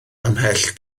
ymhell